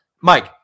Mike